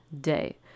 day